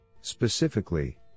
Specifically